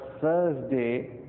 Thursday